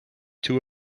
tow